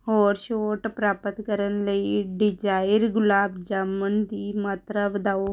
ਹੋਰ ਛੋਟ ਪ੍ਰਾਪਤ ਕਰਨ ਲਈ ਡਿਜ਼ਾਇਰ ਗੁਲਾਬ ਜਾਮੁਨ ਦੀ ਮਾਤਰਾ ਵਧਾਓ